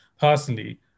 personally